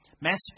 mass